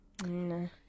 No